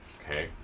Okay